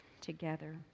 together